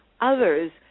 Others